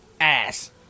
Ass